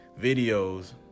videos